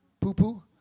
poo-poo